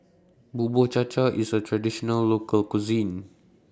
Bubur Cha Cha IS A Traditional Local Cuisine